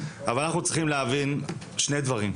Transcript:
אבל אנחנו צריכים להבין שני דברים.